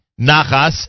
Nachas